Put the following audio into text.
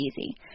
easy